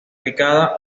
picada